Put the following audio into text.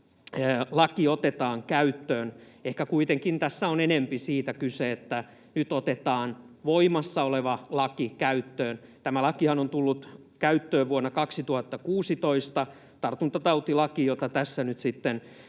laki otetaan käyttöön. Ehkä tässä on kuitenkin enempi siitä kyse, että nyt otetaan voimassa oleva laki käyttöön. Tämä lakihan, tartuntatautilaki, on tullut käyttöön vuonna 2016, ja sitä tässä nyt sitten